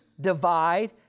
divide